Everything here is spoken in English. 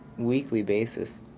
weekly basis,